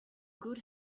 good